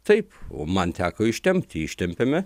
taip o man teko ištempti ištempėme